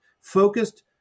focused